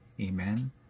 Amen